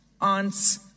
aunts